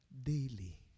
Daily